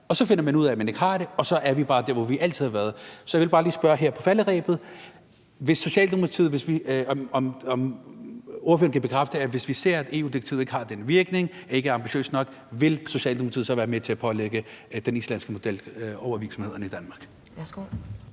Og så finder man ud af, at man ikke har det, og så er vi bare der, hvor vi altid har været. Så jeg vil bare lige spørge her på falderebet, om ordføreren kan bekræfte, at Socialdemokratiet, hvis vi ser, at EU-direktivet ikke har den virkning, at det ikke er ambitiøst nok, så vil være med til at pålægge den islandske model over for virksomhederne i Danmark. Kl.